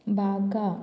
Baga